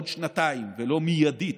בעוד שנתיים ולא מיידית,